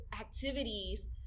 activities